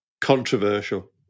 Controversial